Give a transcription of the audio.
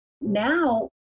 Now